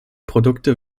produkte